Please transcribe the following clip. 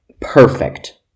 perfect